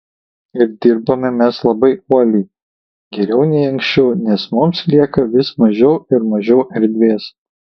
ir dirbame mes labai uoliai geriau nei anksčiau nes mums lieka vis mažiau ir mažiau erdvės